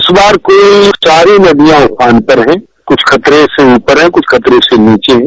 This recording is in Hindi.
इस बार कई सारी नदियां उफान पर है कुछ खतरे से ऊपर है कुछ खतरे से नीचे हैं